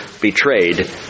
Betrayed